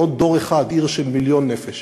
בעוד דור אחד עיר של מיליון נפש,